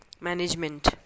management